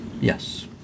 yes